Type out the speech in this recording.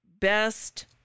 best